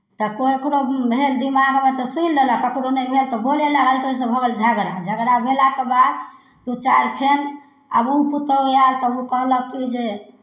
तऽ ककरो भेल दिमागमे तऽ सुनि लेलक ककरो नहि भेल तऽ बोलय लागल तऽ ओहिसँ भऽ गेल झगड़ा झगड़ा भेलाके बाद दू चारि बेर आब ओ पुतहु आयल तऽ ओ कहलक कि जे